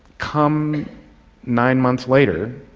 come nine months later